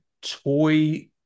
toy